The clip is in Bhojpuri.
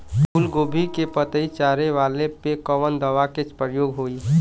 फूलगोभी के पतई चारे वाला पे कवन दवा के प्रयोग होई?